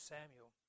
Samuel